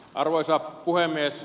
arvoisa puhemies